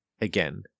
again